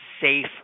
safe